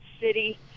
city